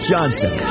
Johnson